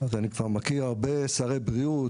אז אני כבר מכיר הרבה שרי בריאות,